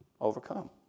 Overcome